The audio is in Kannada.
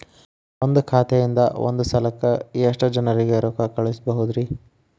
ಒಂದ್ ಖಾತೆಯಿಂದ, ಒಂದ್ ಸಲಕ್ಕ ಎಷ್ಟ ಜನರಿಗೆ ರೊಕ್ಕ ಕಳಸಬಹುದ್ರಿ?